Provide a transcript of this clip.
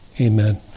Amen